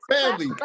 Family